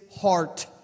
heart